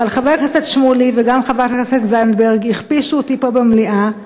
חבר הכנסת שמולי וגם חברת הכנסת זנדברג הכפישו אותי פה במליאה,